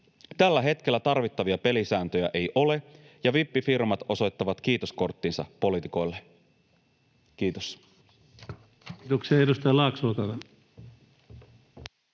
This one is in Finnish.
Tällä hetkellä tarvittavia pelisääntöjä ei ole ja vippifirmat osoittavat kiitoskorttinsa poliitikoille. — Kiitos. Kiitoksia. — Edustaja Laakso,